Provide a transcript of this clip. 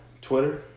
Twitter